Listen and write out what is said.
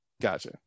Gotcha